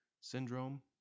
Syndrome